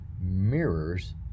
mirrors